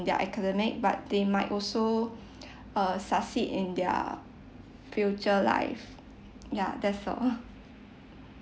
their academic but they might also uh succeed in their future life ya that's all